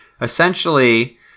essentially